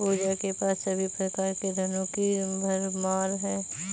पूजा के पास सभी प्रकार के धनों की भरमार है